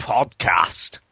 Podcast